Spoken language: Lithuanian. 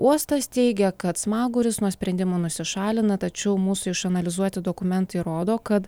uostas teigia kad smaguris nuo sprendimo nusišalina tačiau mūsų išanalizuoti dokumentai rodo kad